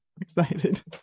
excited